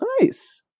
Nice